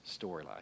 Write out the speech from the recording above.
storyline